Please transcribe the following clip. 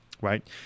right